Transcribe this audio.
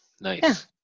nice